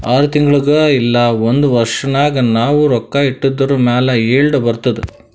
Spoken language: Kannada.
ಆರ್ ತಿಂಗುಳಿಗ್ ಇಲ್ಲ ಒಂದ್ ವರ್ಷ ನಾಗ್ ನಾವ್ ರೊಕ್ಕಾ ಇಟ್ಟಿದುರ್ ಮ್ಯಾಲ ಈಲ್ಡ್ ಬರ್ತುದ್